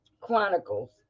Chronicles